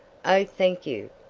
oh, thank you.